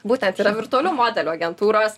būtent yra virtualių modelių agentūros